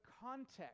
context